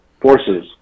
forces